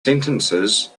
sentences